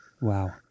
wow